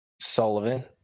Sullivan